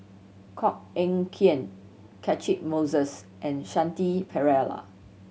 Koh Eng Kian Catchick Moses and Shanti Pereira